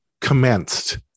commenced